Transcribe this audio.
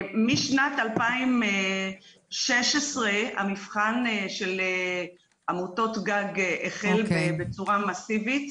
משנת 2016 המבחן של עמותות גג החל בצורה מסיבית,